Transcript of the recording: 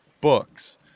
books